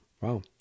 wow